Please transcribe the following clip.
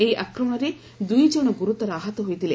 ଏହି ଆକ୍ରମଣରେ ଦୁଇଜଣ ଗୁରୁତର ଆହତ ହୋଇଥିଲେ